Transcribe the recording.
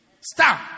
Stop